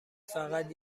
فقط